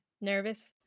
nervous